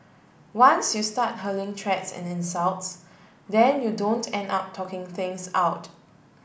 once you start hurling threats and insults then you don't end up talking things out